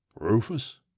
Rufus